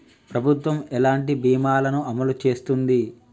ప్రభుత్వం ఎలాంటి బీమా ల ను అమలు చేస్తుంది?